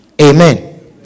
Amen